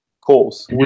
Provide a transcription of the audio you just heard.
calls